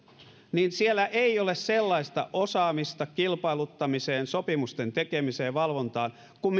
niin siellä ei ole sellaista osaamista kilpailuttamiseen sopimusten tekemiseen ja valvontaan kuin